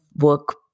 work